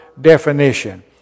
definition